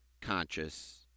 conscious